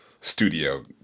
studio